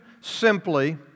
simply